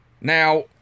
Now